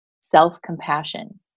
self-compassion